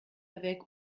avec